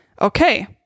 okay